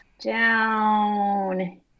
down